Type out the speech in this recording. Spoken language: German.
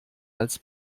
als